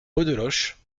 beaudeloche